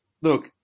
look